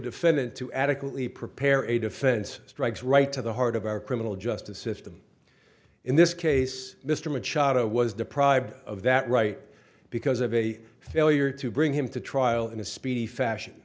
defendant to adequately prepare a defense strikes right to the heart of our criminal justice system in this case mr machado was deprived of that right because of a failure to bring him to trial in a speedy fashion